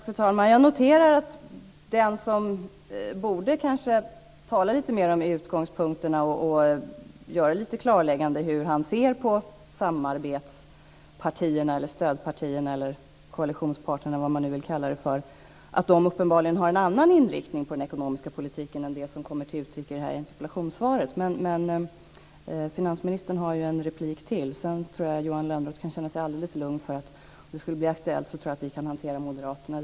Fru talman! Jag noterar att det är någon som kanske borde tala lite mer om utgångspunkterna och göra lite klarlägganden i fråga om hur han ser på att samarbetspartierna, stödpartierna, koalitionsparterna, eller vad man nu vill kalla dem, uppenbarligen har en annan inriktning på den ekonomiska politiken än vad som kommer till uttryck i det här interpellationssvaret. Men finansministern har ju en replik till. Sedan tror jag att Johan Lönnroth kan känna sig alldeles lugn. Om det skulle bli aktuellt tror jag att vi kan hantera moderaterna.